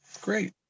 Great